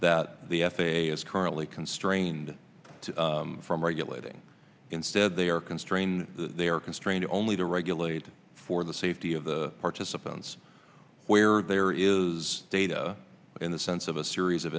that the f a a is currently constrained from regulating instead they are constrained they are constrained only to regulate for the safety of the participants where there is data in the sense of a series of